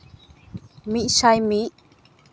ᱢᱤᱫᱥᱟᱭ ᱢᱤᱫ